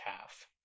half